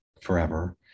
forever